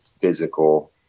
physical